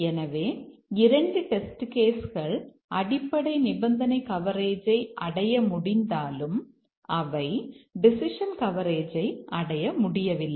எனவே 2 test case கள் அடிப்படை நிபந்தனை கவரேஜை அடைய முடிந்தாலும் அவை டெசிஷன் கவரேஜை அடைய முடியவில்லை